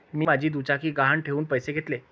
मी माझी दुचाकी गहाण ठेवून पैसे घेतले